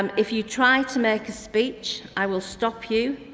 um if you try to make a speech, i will stop you,